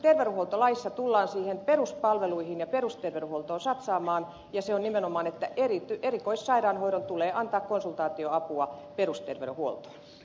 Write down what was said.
nyt terveydenhuoltolaissa tullaan peruspalveluihin ja perusterveydenhuoltoon satsaamaan ja nimenomaan niin että erikoissairaanhoidon tulee antaa konsultaatioapua perusterveydenhuoltoon